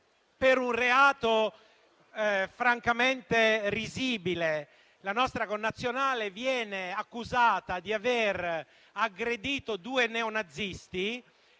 per un reato francamente risibile. La nostra connazionale è stata accusata di aver aggredito due neonazisti,